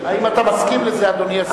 האם אתה מסכים לזה, אדוני השר?